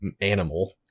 animal